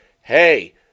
hey